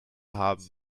haben